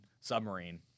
submarine